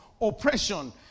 oppression